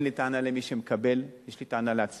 אין לי טענה למי שמקבל, יש לי טענה לעצמנו,